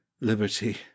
liberty